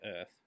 Earth